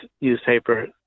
newspaper